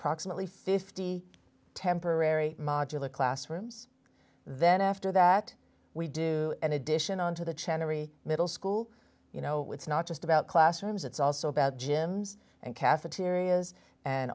proximately fifty temporary modular classrooms then after that we do an addition on to the channel or a middle school you know it's not just about classrooms it's also about gyms and cafeterias and